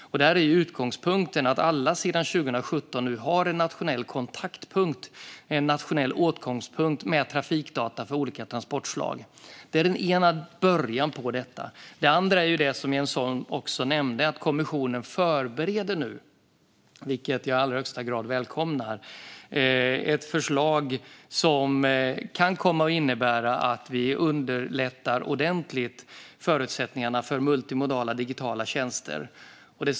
Utgångspunkten är att alla sedan 2017 har en nationell kontaktpunkt, en åtkomstpunkt, med trafikdata för olika transportslag. Det är början på detta. Det andra är det som Jens Holm också nämnde, att kommissionen nu förbereder ett förslag, vilket jag i allra högst grad välkomnar, som kan komma att innebära att vi underlättar förutsättningarna ordentligt för multimodala digitala tjänster.